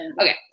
Okay